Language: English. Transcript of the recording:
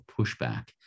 pushback